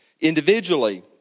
individually